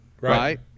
right